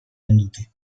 venduti